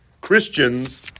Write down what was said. Christians